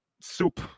soup